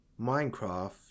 Minecraft